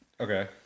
Okay